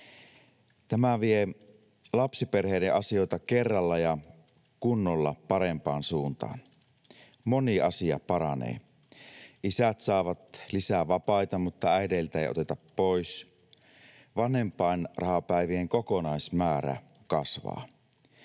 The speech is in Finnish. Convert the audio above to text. Tämä vie lapsiperheiden asioita kerralla ja kunnolla parempaan suuntaan, moni asia paranee: Isät saavat lisää vapaita, mutta äideiltä ei oteta pois. Vanhempainrahapäivien kokonaismäärä kasvaa.